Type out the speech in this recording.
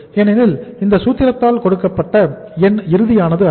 ஏனெனில் இந்த சூத்திரத்தால் கொடுக்கப்பட்ட எண் இறுதியானது அல்ல